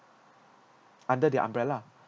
under their umbrella